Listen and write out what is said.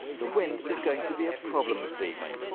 the wind is going to be a problem this evening.